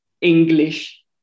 English